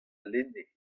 lenne